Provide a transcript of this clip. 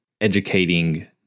educating